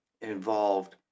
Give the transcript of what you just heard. involved